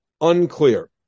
Unclear